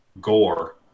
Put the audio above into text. gore